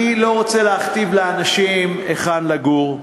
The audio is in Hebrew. אני לא רוצה להכתיב לאנשים היכן לגור.